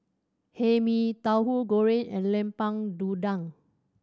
Hae Mee Tauhu Goreng and Lemper Udang